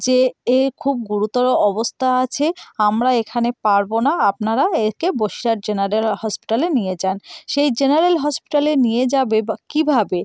যে এ খুব গুরুতর অবস্থা আছে আমরা এখানে পারবো না আপনারা একে বসিরহাট জেনারেল হসপিটালে নিয়ে যান সেই জেনারেল হসপিটালে নিয়ে যাবে বা কীভাবে